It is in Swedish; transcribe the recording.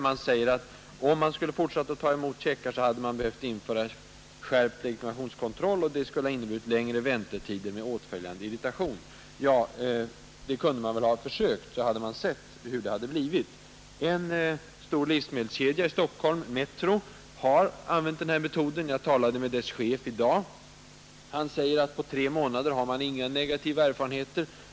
Man säger, att om man skulle fortsätta att ta emot checkar, så hade man behövt införa skärpt legitimationskontroll, och det skulle ha inneburit längre väntetider med åtföljande irritation. Man kunde väl ha försökt så att man fått se hur det hade blivit. En stor livsmedelskedja i Stockholm, Metro, har använt denna metod. Jag talade med dess chef i dag. Han sade att man på tre månader inte har haft några negativa erfarenheter.